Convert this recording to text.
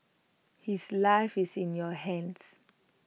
his life is in your hands